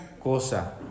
cosa